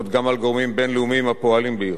גם על גורמים בין-לאומיים הפועלים באירן,